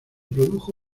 produjo